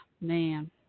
Man